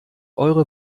eure